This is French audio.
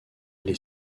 les